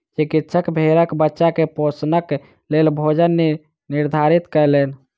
चिकित्सक भेड़क बच्चा के पोषणक लेल भोजन निर्धारित कयलैन